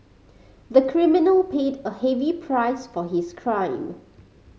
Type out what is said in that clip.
the criminal paid a heavy price for his crime